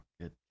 good